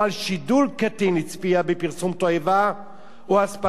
תועבה או אספקת פרסום תועבה לקטין.